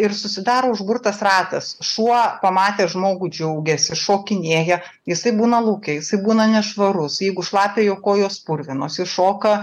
ir susidaro užburtas ratas šuo pamatęs žmogų džiaugiasi šokinėja jisai būna lauke būna nešvarus jeigu šlapia jo kojos purvinos jis šoka